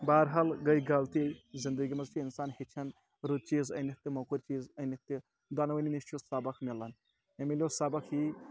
بہرحال گٔیے غلطی زِندگی منٛز چھُ اِنسان ہیٚچھان رُت چیٖز أنِتھ تہِ موٚکُر چیٖز أنِتھ تہِ دۄنوٕنی نِش چھُس سبق مِلان مےٚ مِلیو سبق یی